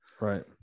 Right